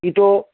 কিটো